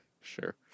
sure